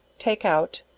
take out,